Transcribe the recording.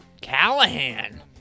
Callahan